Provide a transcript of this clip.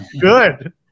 good